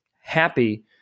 happy